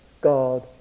God